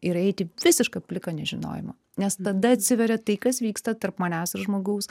ir eit į visišką pliką nežinojimą nes tada atsiveria tai kas vyksta tarp manęs ir žmogaus